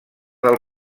del